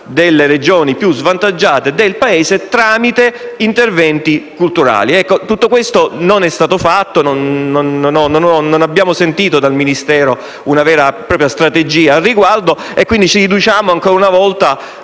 grazie a tutta